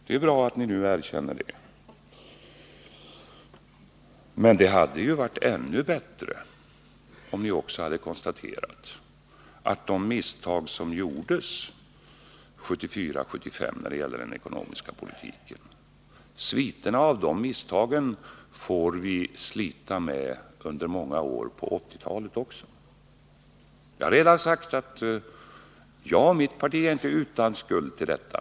Det är bra att ni erkänner det nu, men det hade varit ännu bättre om ni också hade konstaterat att vi får slita med sviterna av de misstag som gjordes 1974 och 1975 när det gällde den ekonomiska politiken — också under många år på 1980-talet. Jag har redan sagt att jag och mitt parti inte är utan skuld till detta.